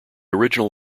original